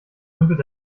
dümpelt